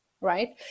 right